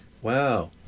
wow